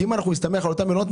כי אם אנחנו נסתמך על אותם מלונות,